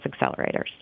accelerators